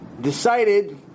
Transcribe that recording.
decided